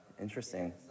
interesting